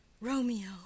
Romeo